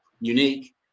unique